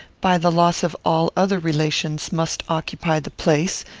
by the loss of all other relations, must occupy the place,